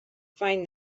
find